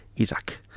Isaac